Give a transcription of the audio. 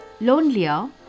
lonelier